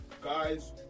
Guys